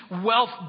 wealth